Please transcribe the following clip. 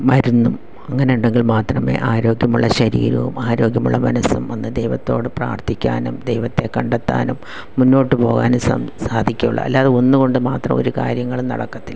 മരുന്നും അങ്ങനെയുണ്ടെങ്കിൽ മാത്രമേ ആരോഗ്യമുള്ള ശരീരവും ആരോഗ്യമുള്ള മനസും വന്ന് ദൈവത്തോട് പ്രാർത്ഥിക്കാനും ദൈവത്തെ കണ്ടെത്താനും മുന്നോട്ട് പോകാനും സാ സാധിക്കുകയുള്ളു അല്ലാതെ ഒന്നുകൊണ്ടു മാത്രം ഒരു കാര്യങ്ങളും നടക്കത്തില്ല